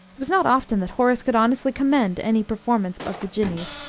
it was not often that horace could honestly commend any performance of the jinnee's,